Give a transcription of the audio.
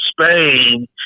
Spain